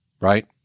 right